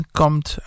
komt